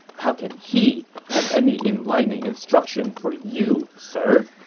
how can he have any enlightening instruction for you, sir?